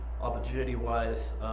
opportunity-wise